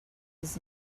his